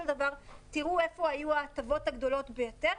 דבר תראו איפה היו ההטבות הגדולות ביותר,